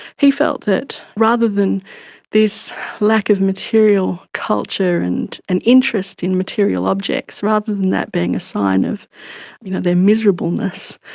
he felt that rather than this lack of material culture and and interest in material objects, rather than that being a sign of you know their miserableness,